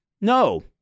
No